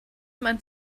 man